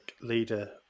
leader